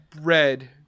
Red